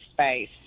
space